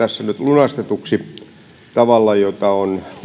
lunastetuksi tavalla jota on huolella valmisteltu moninaisen